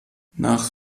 nach